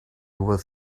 worth